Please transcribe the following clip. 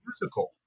musical